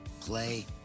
play